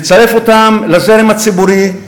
לצרף אותם לזרם הציבורי,